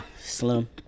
slim